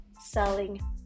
selling